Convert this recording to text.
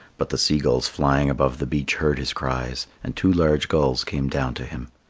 but the sea-gulls flying above the beach heard his cries, and two large gulls came down to him.